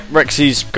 Rexy's